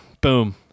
boom